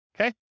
okay